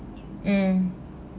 mm